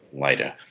later